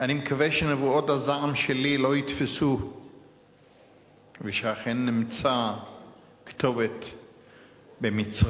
אני מקווה שנבואות הזעם שלי לא יתפסו ואכן נמצא כתובת במצרים,